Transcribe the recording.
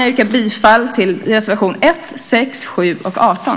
Jag yrkar bifall till reservationerna 1, 6, 7 och 18.